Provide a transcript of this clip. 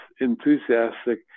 enthusiastic